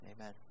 amen